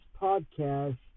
podcast